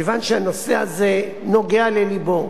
כיוון שהנושא הזה נוגע ללבו,